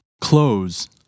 close